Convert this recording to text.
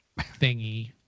thingy